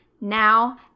now